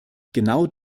genau